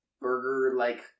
burger-like